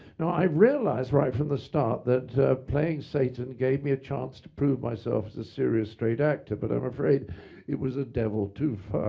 now i realized right from the start, that playing satan gave me a chance to prove myself as a serious, straight actor, but i'm afraid it was a devil too far.